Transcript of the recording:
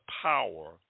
power